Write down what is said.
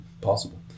possible